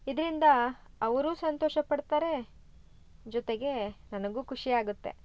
ಇದರಿಂದ ಅವರೂ ಸಂತೋಷಪಡ್ತಾರೆ ಜೊತೆಗೆ ನನಗೂ ಖುಷಿಯಾಗುತ್ತೆ